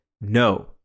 No